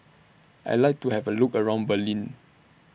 I like to Have A Look around Berlin